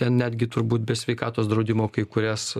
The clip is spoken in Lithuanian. ten netgi turbūt be sveikatos draudimo kai kurias